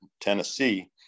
Tennessee